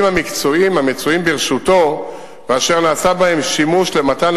המקצועיים המצויים ברשותו ואשר נעשה בהם שימוש למתן